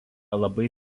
labai